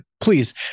please